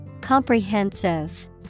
Comprehensive